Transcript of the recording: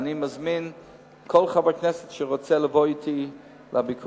ואני מזמין כל חבר כנסת שרוצה לבוא אתי לביקורים,